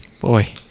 Boy